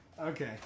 okay